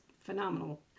phenomenal